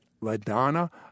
LaDonna